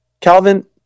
Calvin